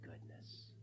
goodness